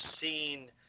seen